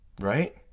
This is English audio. right